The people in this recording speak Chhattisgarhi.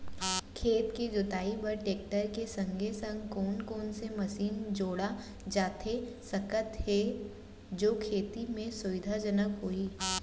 खेत के जुताई बर टेकटर के संगे संग कोन कोन से मशीन जोड़ा जाथे सकत हे जो खेती म सुविधाजनक होही?